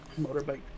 motorbike